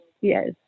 Yes